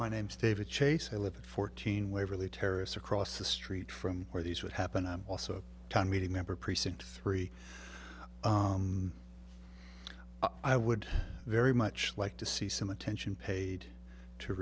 my name's david chase i live at fourteen waverly terrace across the street from where these would happen i'm also a town meeting member precinct three i would very much like to see some attention paid to